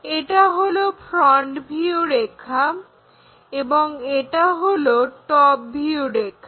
এটা হলো front view রেখা এবং এটা হলো টপভিউ রেখা